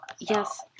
Yes